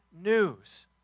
news